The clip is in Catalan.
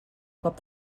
cop